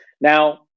Now